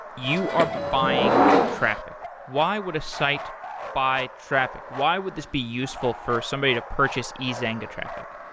you are buying traffic. why would a site buy traffic? why would this be useful for somebody to purchase ezanga traffic?